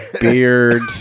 beard